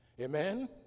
Amen